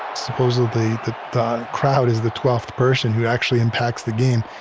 supposedly the crowd is the twelfth person who actually impacts the game,